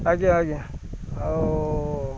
ଆଜ୍ଞା ଆଜ୍ଞା ଆଉ